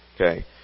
Okay